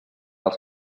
els